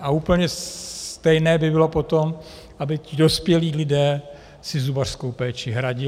A úplně stejné by bylo potom, aby ti dospělí lidé si zubařskou péči hradili.